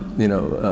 you know,